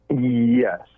Yes